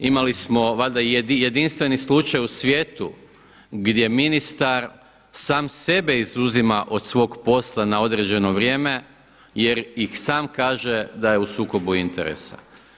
Imali smo valjda jedinstveni slučaj u svijetu gdje ministar sam sebe izuzima od svog posla na određeno vrijeme jer i sam kaže da je u sukobu interesa.